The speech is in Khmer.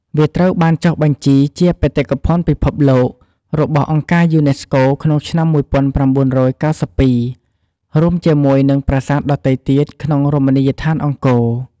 វាត្រូវបានចុះបញ្ជីជា បេតិកភណ្ឌពិភពលោក របស់អង្គការយូណេស្កូក្នុងឆ្នាំ ១៩៩២ រួមជាមួយនឹងប្រាសាទដទៃទៀតក្នុងរមណីយដ្ឋានអង្គរ។